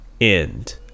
End